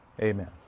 Amen